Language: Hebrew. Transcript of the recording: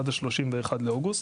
עד ה-31 באוגוסט.